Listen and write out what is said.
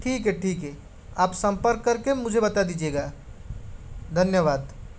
ठीक है ठीक है आप सम्पर्क करके मुझे बता दीजिएगा धन्यवाद